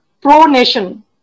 pro-nation